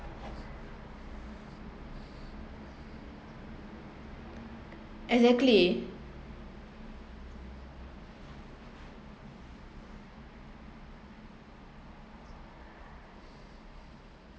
exactly